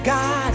God